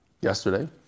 yesterday